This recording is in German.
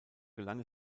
gelang